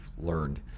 learned